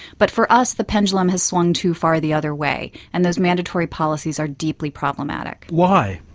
but for us the pendulum has swung too far the other way and those mandatory policies are deeply problematic. why?